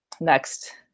next